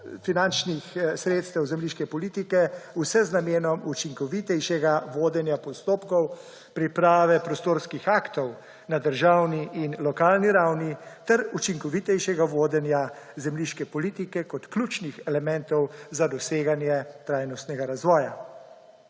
finančnih sredstev zemljiške politike, vse z namenom učinkovitejšega vodenja postopkov priprave prostorskih aktov na državni in lokalni ravni ter učinkovitejšega vodenja zemljiške politike kot ključnih elementov za doseganje trajnostnega razvoja.